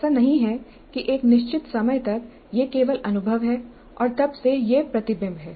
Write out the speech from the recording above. ऐसा नहीं है कि एक निश्चित समय तक यह केवल अनुभव है और तब से यह प्रतिबिंब है